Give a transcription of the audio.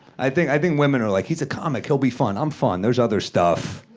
i think i think women are like, he's a comic, he'll be fun. i'm fun. there's other stuff.